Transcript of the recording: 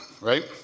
right